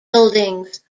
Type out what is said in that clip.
buildings